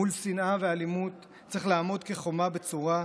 מול שנאה ואלימות צריך לעמוד כחומה בצורה,